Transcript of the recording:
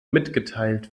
mitgeteilt